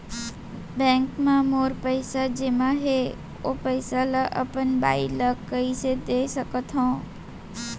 Bank म मोर पइसा जेमा हे, ओ पइसा ला अपन बाई ला कइसे दे सकत हव?